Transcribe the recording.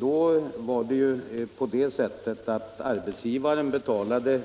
Då betalade arbetsgivaren